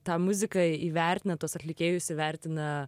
tą muziką įvertina tuos atlikėjus įvertina